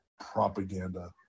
propaganda